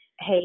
hey